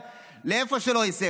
לאיפה שלא ייסע,